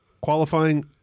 Qualifying